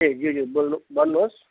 ए ज्यू ज्यू भन्नु होस्